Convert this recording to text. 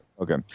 Okay